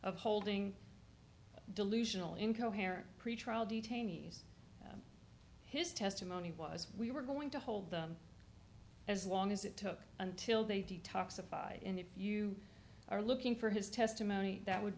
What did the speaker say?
of holding a delusional incoherent pretrial detainees his testimony was we were going to hold them as long as it took until they detoxify and if you are looking for his testimony that would